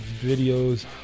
videos